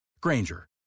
Granger